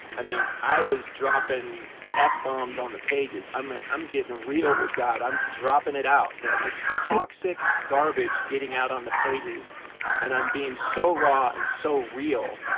i mean, i was dropping ah f-bombs on the pages, i'm ah i'm getting real with god, i'm dropping it out, man it's toxic garbage getting out on the pages and i'm being so raw and so real,